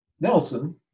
Nelson